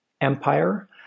empire